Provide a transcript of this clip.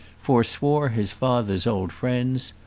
foreswore his father's old friends.